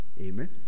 Amen